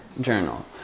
journal